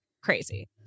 crazy